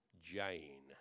Jane